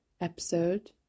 episode